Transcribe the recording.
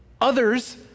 Others